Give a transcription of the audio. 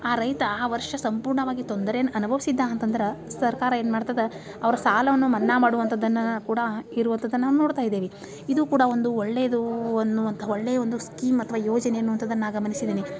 ಆ ರೈತ ಆ ವರ್ಷ ಸಂಪೂರ್ಣವಾಗಿ ತೊಂದರೆಯನ್ನು ಅನುಭವ್ಸಿದ್ದ ಅಂತಂದ್ರೆ ಸರ್ಕಾರ ಏನು ಮಾಡ್ತದೆ ಅವರ ಸಾಲವನ್ನು ಮನ್ನಾ ಮಾಡುವಂಥದನ್ನು ಕೂಡ ಇರುವಂಥದನ್ನು ನಾವು ನೋಡ್ತಾ ಇದ್ದೇವೆ ಇದು ಕೂಡ ಒಂದು ಒಳ್ಳೆಯದು ಅನ್ನುವಂಥ ಒಳ್ಳೆಯ ಒಂದು ಸ್ಕೀಮ್ ಅಥ್ವಾ ಯೋಜನೆ ಅನ್ನುವಂಥದನ್ನು ನಾ ಗಮನಿಸಿದ್ದೇನೆ